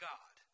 God